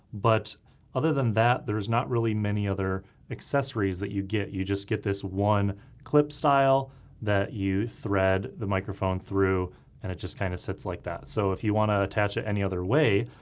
but other than that, there's not really many other accessories that you get. you just get this one clip style that you thread the microphone through and it just kind of sits like that. so if you want to attach it any other way,